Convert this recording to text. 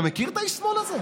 אתה מכיר את איש השמאל הזה?